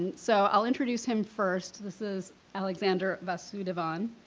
and so i'll introduce him first. this is alexander vasudevan,